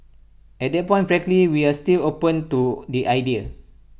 at that point frankly we are still open to the idea